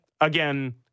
again—